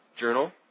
Journal